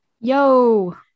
Yo